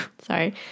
Sorry